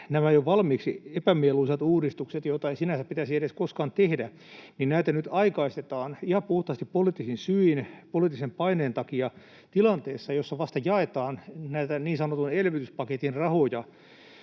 näitä jo valmiiksi epämieluisia uudistuksia, joita ei sinänsä pitäisi edes koskaan tehdä, nyt aikaistetaan ihan puhtaasti poliittisin syin, poliittisen paineen takia, tilanteessa, jossa vasta jaetaan näitä niin sanotun elvytyspaketin rahoja.